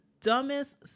dumbest